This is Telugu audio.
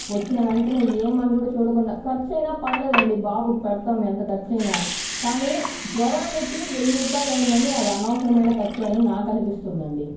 వచ్చిన వెంటనే ఏమని చూడకుండా ఖర్చు అయినా పర్లేదండి బాబుకి పెడతాము ఎంత ఖర్చు అయినా కానీ జ్వరానికి వెయ్యి రూపాయలు అయిందని అది అనవసరమైన ఖర్చే అని నాకు అనిపిస్తుంది అండి